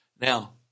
Now